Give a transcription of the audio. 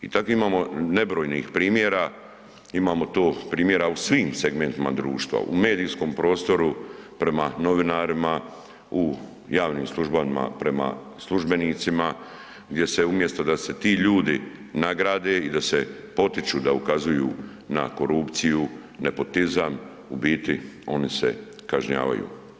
I takvih imamo nebrojnih primjera, imamo to primjera u svim segmentima društva, u medijskom prostoru prema novinarima, u javnim službama prema službenicima gdje se umjesto da se ti ljudi nagrade i da se potiču da ukazuju na korupciju, nepotizam, u biti oni se kažnjavaju.